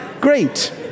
great